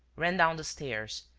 ran down the stairs,